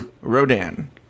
Rodan